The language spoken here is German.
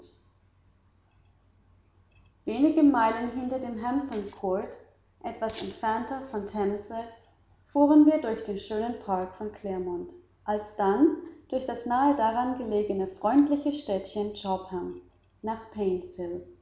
wenige meilen hinter hampton court etwas entfernter von der themse fuhren wir durch den schönen park von claremont alsdann durch das nahe daran gelegene freundliche städtchen chobham nach